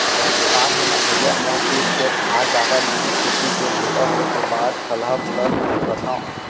का हे न भइया मोर तीर खेत खार जादा नइये खेती के बूता होय के बाद ठलहा बुलत रथव